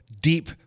deep